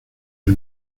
del